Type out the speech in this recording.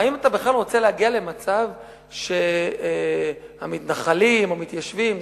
האם אתה בכלל רוצה להגיע למצב שמתנחלים או מתיישבים,